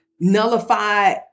nullify